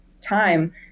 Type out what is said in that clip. time